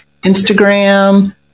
Instagram